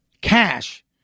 cash